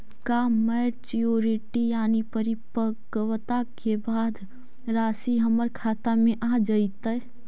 का मैच्यूरिटी यानी परिपक्वता के बाद रासि हमर खाता में आ जइतई?